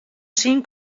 syn